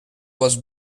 was